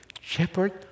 shepherd